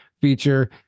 feature